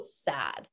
sad